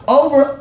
over